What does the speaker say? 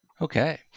Okay